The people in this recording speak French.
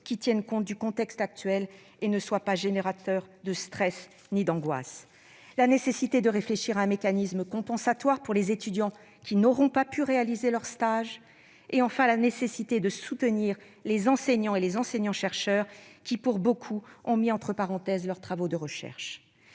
qui tienne compte du contexte actuel, et ne soit pas générateur de stress ni d'angoisse. Il nous faut aussi réfléchir à un mécanisme compensatoire pour les étudiants qui n'auront pas pu réaliser leur stage. Enfin, il est indispensable de soutenir les enseignants et enseignants-chercheurs qui, pour beaucoup, ont mis entre parenthèses leurs travaux de recherche.